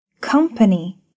company